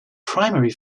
primary